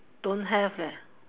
don't have leh